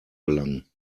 gelangen